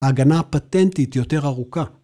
‫ההגנה הפטנטית יותר ארוכה.